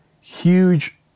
huge